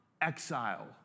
exile